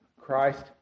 Christ